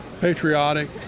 patriotic